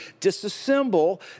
disassemble